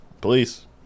police